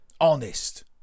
Honest